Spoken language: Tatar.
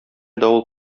давыл